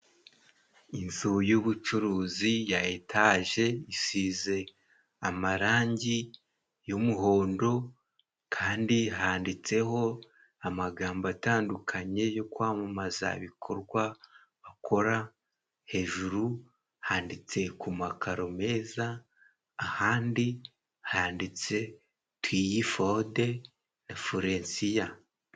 Inzu y'ubucuruzi ya etaje isize amarangi y'umuhondo kandi handitseho amagambo atandukanye yo kwamamaza ibikorwa bakora, hejuru handitse ku makaro meza, ahandi handitse tuyifode forensiya.